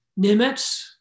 Nimitz